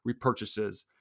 repurchases